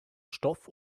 stoff